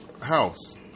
house